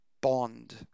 bond